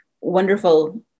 wonderful